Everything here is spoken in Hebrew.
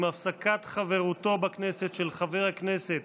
עם הפסקת חברותו בכנסת של חבר הכנסת